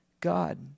God